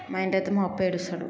మా ఇంట్లో అయితే మా అప్ప ఏడుస్తాడు